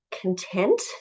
content